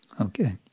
Okay